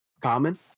common